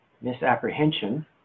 misapprehension